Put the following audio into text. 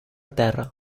terra